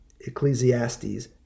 Ecclesiastes